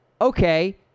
okay